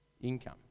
income